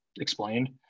explained